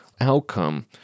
outcome